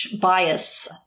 bias